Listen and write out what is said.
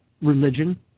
religion